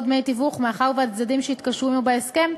דמי תיווך מאחד מהצדדים שהתקשרו בהסכם,